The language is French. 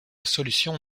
solution